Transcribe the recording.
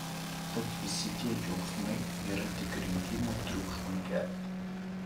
tad visi tie džiaugsmai yra tik rinkimų triukšmui kelti